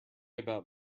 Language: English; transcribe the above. about